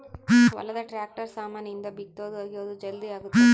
ಹೊಲದ ಟ್ರಾಕ್ಟರ್ ಸಾಮಾನ್ ಇಂದ ಬಿತ್ತೊದು ಅಗಿಯೋದು ಜಲ್ದೀ ಅಗುತ್ತ